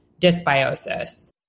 dysbiosis